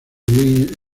bien